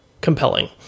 compelling